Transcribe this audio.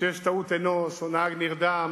כשיש טעות אנוש או נהג נרדם,